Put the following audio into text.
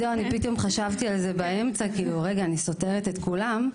כן באמצע הדיון חשבתי שאני סותרת את כולם,